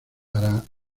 para